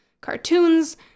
cartoons